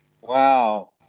Wow